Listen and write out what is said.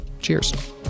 Cheers